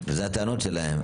זה הטענות שלהם.